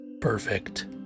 perfect